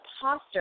posture